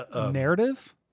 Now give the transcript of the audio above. Narrative